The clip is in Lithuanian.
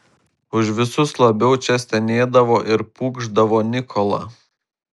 už visus labiau čia stenėdavo ir pūkšdavo nikola